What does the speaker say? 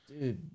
dude